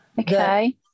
Okay